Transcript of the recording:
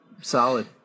solid